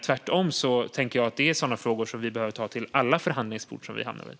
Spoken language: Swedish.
Tvärtom tänker jag att det är sådana frågor som vi behöver ta till alla förhandlingsbord som vi hamnar vid.